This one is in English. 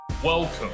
Welcome